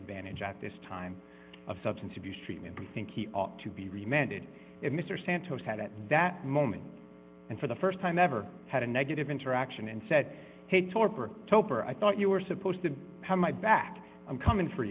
advantage at this time of substance abuse treatment we think he ought to be remanded if mr santos had at that moment and for the st time ever had a negative interaction and said hey torpor toper i thought you were supposed to have my back i'm coming for